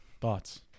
Thoughts